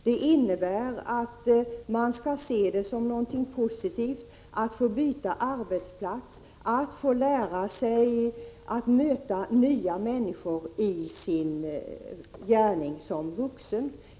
Det innebär att man skall se det som något positivt att få byta arbetsplats och att få lära sig att möta nya människor i sin gärning som vuxen.